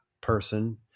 person